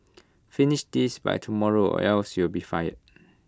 finish this by tomorrow or else you'll be fired